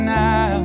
now